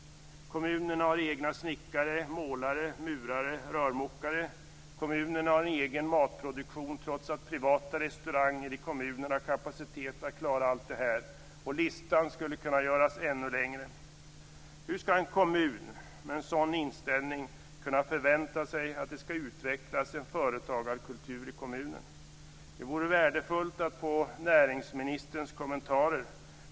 Kommunerna har egna snickare, målare, murare och rörmokare. Kommunerna har egen matproduktion, trots att privata restauranger i respektive kommun har kapacitet att klara detta. Listan skulle kunna göras ännu längre. Hur skall en kommun med en sådan inställning kunna förvänta sig att det skall utvecklas en företagarkultur i kommunen? Det vore värdefullt att få näringsministerns kommentarer.